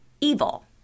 evil